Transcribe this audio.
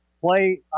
play